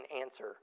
answer